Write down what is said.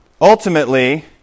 ultimately